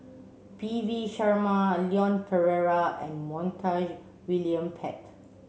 P V Sharma Leon Perera and Montague William Pett